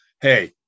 Hey